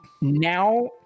now